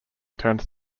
turns